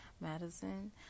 Madison